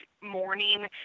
morning